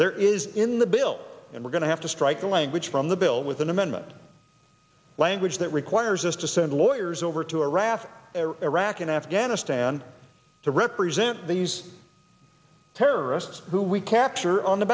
there is in the bill and we're going to have to strike the language from the bill with an amendment language that requires us to send lawyers over to a raft iraq and afghanistan to represent these terrorists who we capture on the